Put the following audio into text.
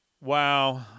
Wow